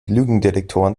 lügendetektoren